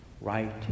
right